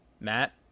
Matt